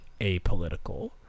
apolitical